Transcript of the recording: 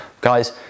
Guys